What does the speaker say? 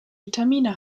vitamine